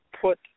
put